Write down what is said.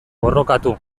borrokatu